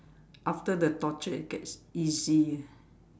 after the torture it gets easy ah